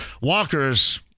Walker's